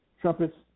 Trumpets